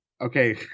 okay